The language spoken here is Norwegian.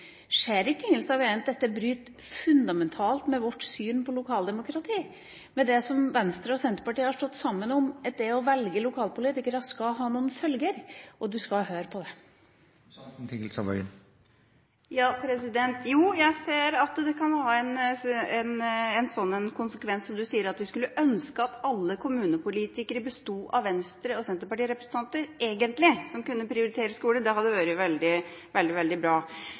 Ser ikke Tingelstad Wøien at dette bryter fundamentalt med vårt syn på lokaldemokratiet og det som Venstre og Senterpartiet har stått sammen om, nemlig at det å velge lokalpolitikere skal få noen følger, og at man skal høre på dem? Jo, jeg ser at det kan få slike konsekvenser. Du sier at du egentlig skulle ønske at alle kommunepolitikere var Venstre- og Senterparti-representanter, slik at man kunne prioritere skolen. Det hadde vært veldig bra.